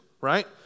right